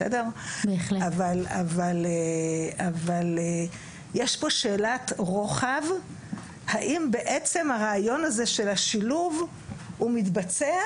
יש פה שאלת רוחב האם בעצם הרעיון הזה של השילוב מתבצע,